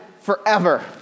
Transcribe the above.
forever